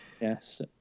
Yes